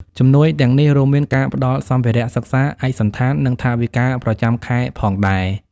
ជំនួយទាំងនេះរួមមានការផ្តល់សម្ភារៈសិក្សា ឯកសណ្ឋាន និងថវិកាប្រចាំខែផងដែរ។